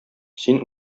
син